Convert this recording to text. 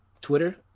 Twitter